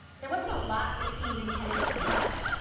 there wasn't a lot that seemed intended for us,